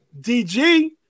DG